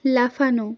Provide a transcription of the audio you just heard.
লাফানো